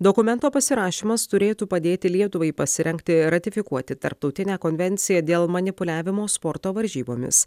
dokumento pasirašymas turėtų padėti lietuvai pasirengti ratifikuoti tarptautinę konvenciją dėl manipuliavimo sporto varžybomis